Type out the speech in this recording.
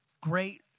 Great